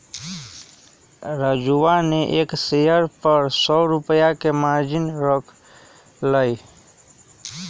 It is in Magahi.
राजूवा ने एक शेयर पर सौ रुपया के मार्जिन रख लय